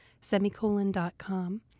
semicolon.com